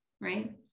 right